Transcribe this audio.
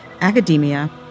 academia